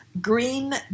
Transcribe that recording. Green